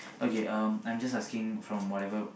okay um I'm just asking from whatever